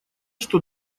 что